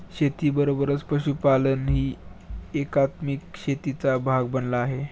शेतीबरोबरच पशुपालनही एकात्मिक शेतीचा भाग बनला आहे